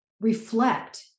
reflect